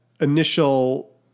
initial